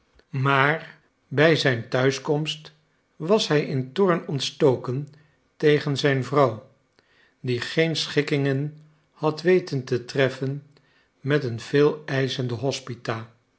maar bij zijn thuiskomt was hij in toorn ontstoken tegen zijn vrouw die geen schikkingen had weten te treffen met een veeleischende hospita